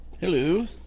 Hello